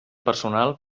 personal